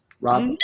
Rob